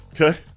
Okay